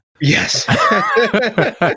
Yes